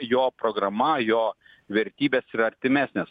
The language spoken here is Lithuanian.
jo programa jo vertybės yra artimesnės